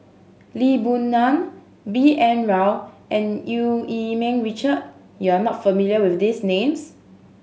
Lee Boon Ngan B N Rao and Eu Yee Ming Richard you are not familiar with these names